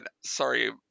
sorry